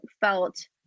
felt